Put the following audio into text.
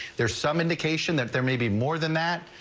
there's some indication that there may be more than that.